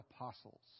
apostles